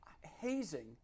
Hazing